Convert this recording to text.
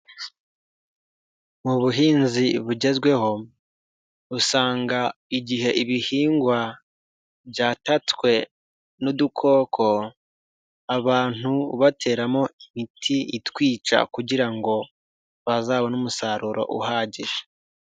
Mu buhinzi bugezweho usanga igihe ibihingwa byatatswe n'udukoko abantu bateramo imiti itwica kugira ngo bazabone umusaruro uhagije.